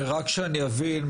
אני מבקש להבין,